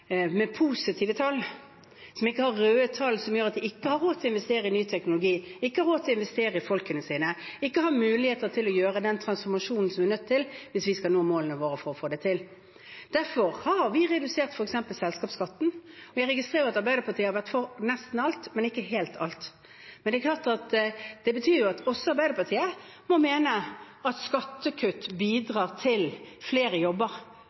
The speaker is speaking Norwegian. med positive tall, som ikke har røde tall som gjør at de ikke har råd til å investere i ny teknologi, ikke har råd til å investere i folkene sine, ikke har muligheter til å foreta den transformasjonen som vi er nødt til hvis vi skal nå målene våre. Derfor har vi redusert f.eks. selskapsskatten. Jeg registrerer at Arbeiderpartiet har vært for nesten alt, men ikke helt alt. Det betyr at også Arbeiderpartiet må mene at skattekutt bidrar til flere jobber.